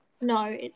no